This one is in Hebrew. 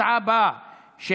ההצבעה של